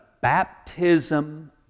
baptism